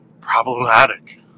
problematic